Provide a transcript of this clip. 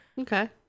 okay